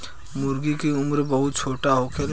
मूर्गी के उम्र बहुत छोट होखेला